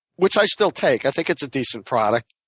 which i still take. i think it's a decent product,